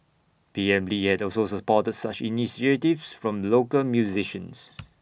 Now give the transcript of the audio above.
P M lee had also supported such initiatives from local musicians